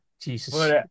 Jesus